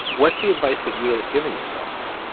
what's the advice that you would have given yourself now